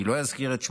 ואני לא אזכיר את שמם.